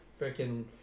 freaking